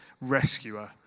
rescuer